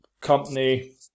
company